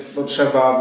potrzeba